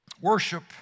worship